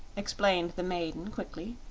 explained the maiden, quickly.